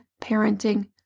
parenting